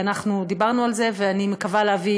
דיברנו על זה, ואני מקווה להביא